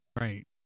Right